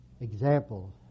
example